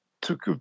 took